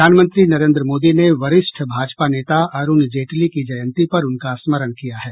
प्रधानमंत्री नरेन्द्र मोदी ने वरिष्ठ भाजपा नेता अरूण जेटली की जयंती पर उनका स्मरण किया है